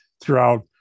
throughout